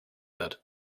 wird